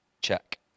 check